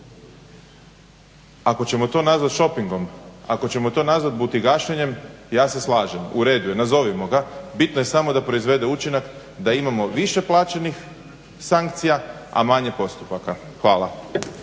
Ako ćemo to nazvati šopingom, ako ćemo to nazvati butigašenjem ja se slažem u redu je, nazovimo ga. Bitno je samo da proizvede učinak da imamo više plaćenih sankcija, a manje postupaka. Hvala.